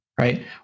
Right